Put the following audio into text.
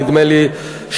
נדמה לי שלשום,